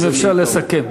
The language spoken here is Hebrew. אם אפשר לסכם.